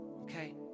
okay